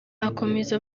akomeza